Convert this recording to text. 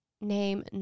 name